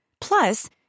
Plus